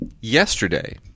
yesterday